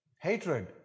hatred